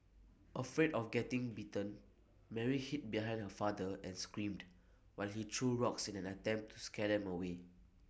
afraid of getting bitten Mary hid behind her father and screamed while he threw rocks in an attempt to scare them away